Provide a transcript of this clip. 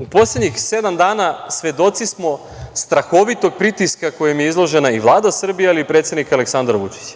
u poslednjih sedam dana svedoci smo strahovitog pritiska kojem je izložena i Vlada Srbije, ali i predsednik Aleksandar Vučić.